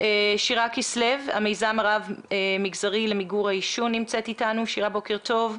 המיזם רב מגזרי למיגור העישון, שירה כסלו.